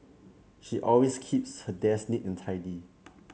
she always keeps her desk neat and tidy